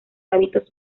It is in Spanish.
hábitos